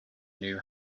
knew